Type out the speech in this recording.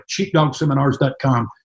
CheapDogSeminars.com